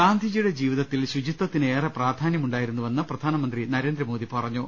ഗാന്ധിജിയുടെ ജീവിതത്തിൽ ശുചിത്വത്തിന് ഏറെ പ്രാധാന്യമുണ്ടാ യിരുന്നു വെന്ന് പ്രധാനമന്ത്രി നരേന്ദ്രമോദി പറഞ്ഞു